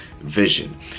vision